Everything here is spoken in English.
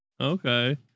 Okay